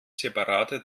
separate